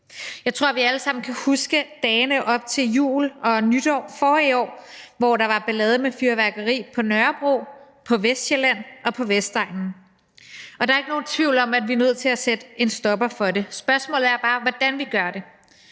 Jeg tror, vi alle sammen kan huske dagene op til jul og nytår forrige år, hvor der var ballade med fyrværkeri på Nørrebro, på Vestsjælland og på Vestegnen. Der er ikke nogen tvivl om, at vi er nødt til at sætte en stopper for det. Spørgsmålet er bare, hvordan vi gør det.